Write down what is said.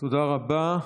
תודה רבה.